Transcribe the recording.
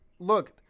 Look